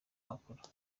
makuru